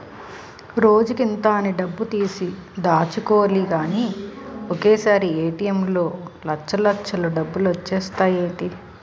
రోజుకింత అని డబ్బుతీసి దాచుకోలిగానీ ఒకసారీ ఏ.టి.ఎం లో లచ్చల్లచ్చలు డబ్బులొచ్చేత్తాయ్ ఏటీ?